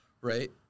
Right